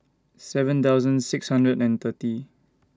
seven thousand six hundred and thirty